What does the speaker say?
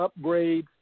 upgrades